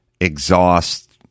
exhaust